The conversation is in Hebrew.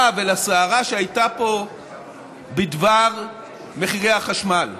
ולסערה שהייתה פה בדבר מחירי החשמל.